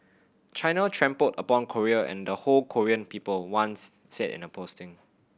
China trampled upon Korea and the whole Korean people one said in a posting